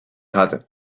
hatte